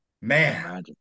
man